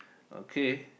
okay